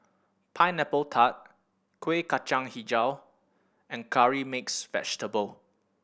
Pineapple Tart Kueh Kacang Hijau and Curry Mixed Vegetable